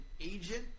agent